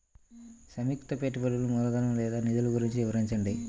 సంయుక్త పెట్టుబడులు మూలధనం లేదా నిధులు గురించి వివరించండి?